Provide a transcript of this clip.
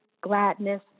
gladness